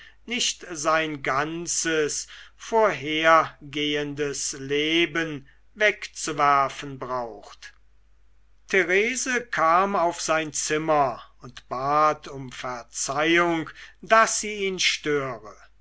nicht sein ganzes vorhergehendes leben wegzuwerfen braucht therese kam auf sein zimmer und bat um verzeihung daß sie ihn störe